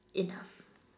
enough